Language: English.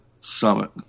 Summit